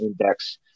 index